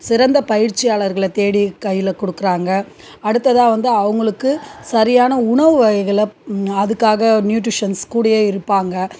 சிறந்த பயிற்சியாளர்கள தேடி கையில் கொடுக்குறாங்க அடுத்ததாக வந்து அவங்களுக்கு சரியான உணவு வகைகளை அதுக்காக நியூட்ரிஷன்ஸ் கூடயே இருப்பாங்க